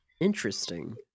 Interesting